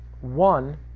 One